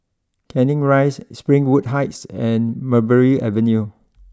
Canning Rise Springwood Heights and Mulberry Avenue